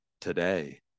today